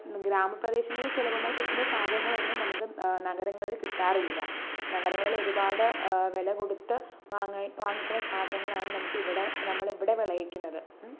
ഗ്രാമ പ്രദേശങ്ങളിൽ സുലഭമായി കിട്ടുന്ന സാധങ്ങളൊന്നും നമുക്ക് നഗരങ്ങളിൽ കിട്ടാറില്ല നഗരങ്ങളിൽ ഒരുപാട് വില കൊടുത്ത് വാങ്ങി വാങ്ങിക്കണ സാധങ്ങളാണ് നമുക്കിവിടെ നമ്മളിവിടെ വിളയിക്കുന്നത്